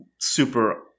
super